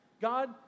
God